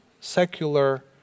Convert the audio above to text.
Secular